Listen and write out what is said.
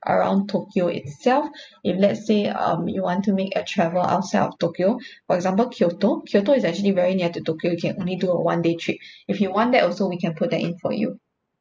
around tokyo itself if let's say um you want to make a travel outside of tokyo for example kyoto kyoto is actually very near to tokyo you can only do a one day trip if you want that also we can put that in for you